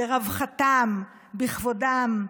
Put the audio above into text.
ברווחתם, בכבודם,